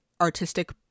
artistic